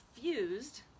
fused